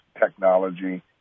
technology